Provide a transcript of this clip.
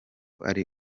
ari